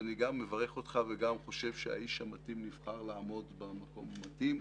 אני גם מברך אותך וחושב שהאיש המתאים נבחר לעמוד במקום המתאים,